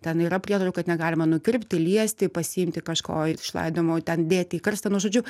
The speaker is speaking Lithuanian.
ten yra prietarų kad negalima nukirpti liesti pasiimti kažko iš laidojimo ten dėti į karstą nu žodžiu